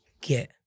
get